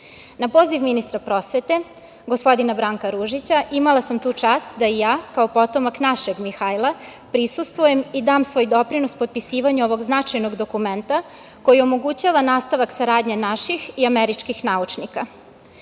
poziv ministra prosvete, gospodina Branka Ružića, imala sam tu čast da i ja, kao potomak našeg Mihajla, prisustvujem i dam svoj doprinos potpisivanju ovog značajnog dokumenta koji omogućava nastavak saradnje naših i američkih naučnika. Mihajlo